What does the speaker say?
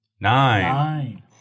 Nine